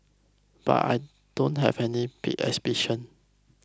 but I don't have any big ambition